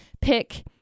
pick